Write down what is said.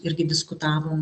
irgi diskutavom